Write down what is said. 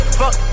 fuck